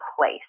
place